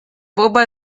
popa